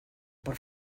por